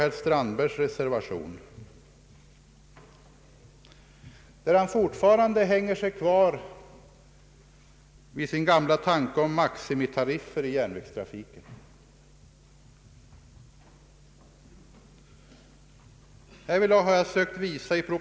Det berodde alltså inte på något sätt på glömska och var som sagt heller ingen underskattning av de framtida flygtransporterna, utan det var en bedömning som grundade sig på situationen i dag.